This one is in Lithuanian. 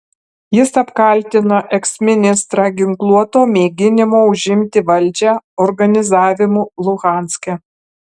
jis apkaltino eksministrą ginkluoto mėginimo užimti valdžią organizavimu luhanske